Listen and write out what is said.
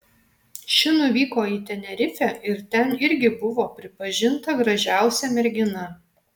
ši nuvyko į tenerifę ir ten irgi buvo pripažinta gražiausia mergina